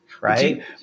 right